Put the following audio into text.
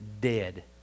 dead